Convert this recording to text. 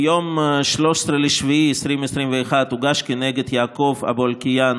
ביום 13 ביולי 2021 הוגש כנגד יעקוב אבו אלקיעאן